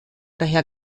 daher